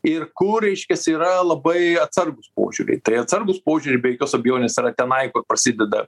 ir kur reiškias yra labai atsargūs požiūriai tai atsargūs požiūriai be jokios abejonės yra tenai kur prasideda